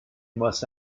must